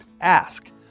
ask